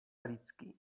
lidský